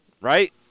right